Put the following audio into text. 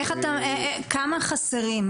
כמה חסרים?